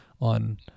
on